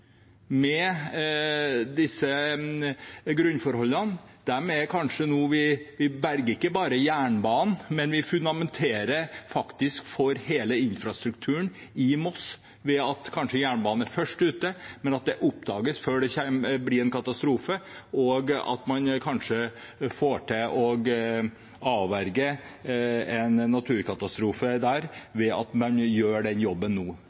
med disse grunnforholdene. Vi berger ikke bare jernbanen, men vi fundamenterer faktisk for hele infrastrukturen i Moss – jernbanen er kanskje først ute – ved at det oppdages før det blir en katastrofe, og at man kanskje får avverget en naturkatastrofe der ved at man gjør den jobben nå.